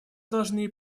должны